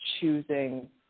choosing